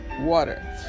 water